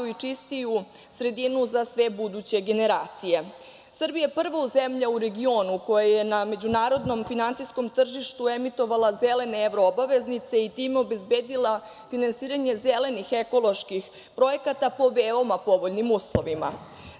i čistiju sredinu za sve buduće generacije. Srbija je prva zemlja u regionu koja je na međunarodnom finansijskom tržištu emitovala zelene evro-obveznice i time obezbedila finansiranje zelenih ekoloških projekata po veoma povoljnim uslovima.